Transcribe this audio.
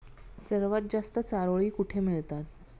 सर्वात जास्त चारोळी कुठे मिळतात?